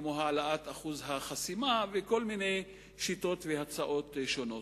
כמו העלאת אחוז החסימה וכל מיני שיטות והצעות שונות.